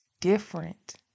different